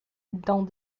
dans